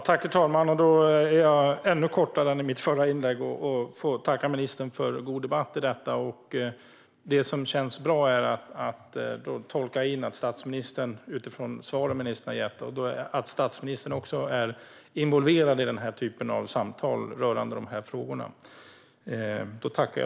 Herr talman! Jag ska hålla det ännu kortare än i förra inlägget. Jag vill tacka ministern för en god debatt. Det känns bra att statsministern, som jag tolkar det utifrån de svar ministern har gett här, också är involverad i samtalen om de här frågorna.